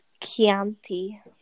Chianti